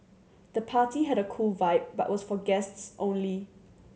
the party had a cool vibe but was for guests only